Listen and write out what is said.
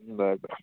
बरं बरं